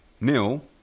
Nil